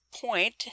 point